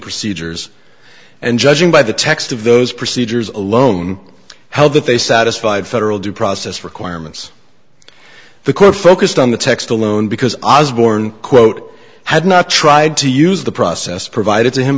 procedures and judging by the text of those procedures alone how that they satisfied federal due process requirements the court focused on the text alone because i was born quote had not tried to use the process provided to him